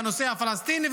בנושא הפלסטיני,